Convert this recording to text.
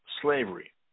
Slavery